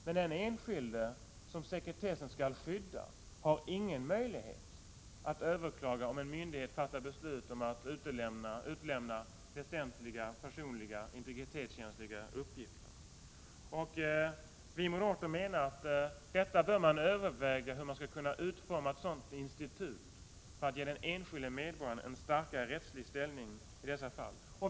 Men den enskilde som sekretessen skall skydda har ingen möjlighet att överklaga om en myndighet fattar beslut om att utlämna väsentliga personliga integritetskänsliga uppgifter. Vi moderater menar att man bör överväga hur man skall kunna utforma ett institut för att ge den enskilde medborgaren en starkare rättslig ställning i dessa fall.